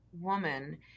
woman